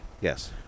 Yes